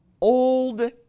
old